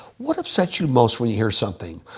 what upsets you most when you hear something?